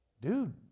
Dude